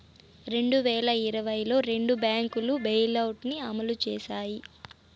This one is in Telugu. రెండు వేల ఇరవైలో రెండు బ్యాంకులు బెయిలౌట్ ని అమలు చేశాయి